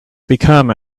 become